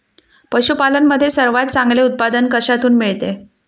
पशूपालन मध्ये सर्वात चांगले उत्पादन कशातून मिळते?